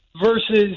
versus –